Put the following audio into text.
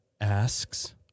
asks